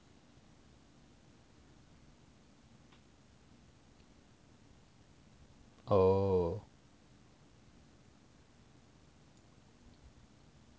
oh